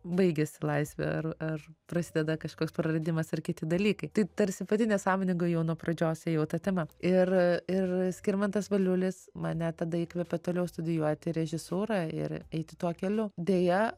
baigiasi laisvė ar ar prasideda kažkoks praradimas ar kiti dalykai tai tarsi pati nesąmoningai jau nuo pradžios ėjau ta tema ir ir skirmantas valiulis mane tada įkvėpė toliau studijuoti režisūrą ir eiti tuo keliu deja